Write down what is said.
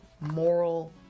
moral